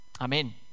Amen